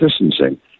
distancing